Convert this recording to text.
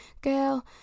girl